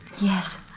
Yes